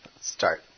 start